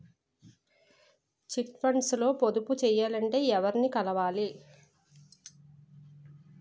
Chit funds లో పొదుపు చేయాలంటే ఎవరిని కలవాలి?